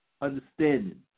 understanding